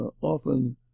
often